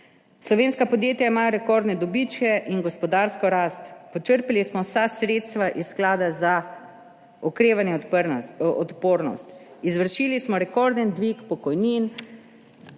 Slovenska podjetja imajo rekordne dobičke in gospodarsko rast. Počrpali smo vsa sredstva iz sklada za okrevanje in odpornost, izvršili smo rekorden dvig pokojnin,